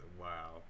wow